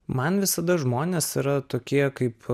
man visada žmonės yra tokie kaip